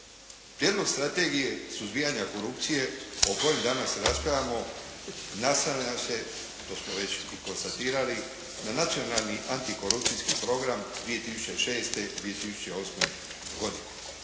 Vrijednost strategije suzbijanja korupcije o kojem danas raspravljamo nastavlja se, to smo već konstatirali, na nacionalni antikorupcijski program 2006.-2008. godine.